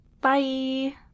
Bye